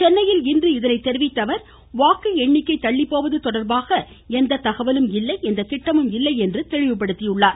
சென்னையில் இன்று இதனை தெரிவித்த அவர் வாக்கு எண்ணிக்கை தள்ளிப்போவது தொடர்பான எந்த தகவலும் இல்லை எந்த திட்டமும் இல்லை என்று தெளிவுபடுத்தியுள்ளார்